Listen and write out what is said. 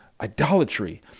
idolatry